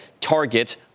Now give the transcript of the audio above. Target